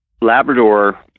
Labrador